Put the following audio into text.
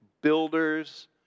builders